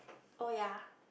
oh ya